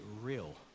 real